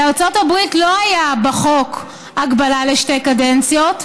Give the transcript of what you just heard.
בארצות הברית לא הייתה בחוק הגבלה לשתי קדנציות.